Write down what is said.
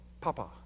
papa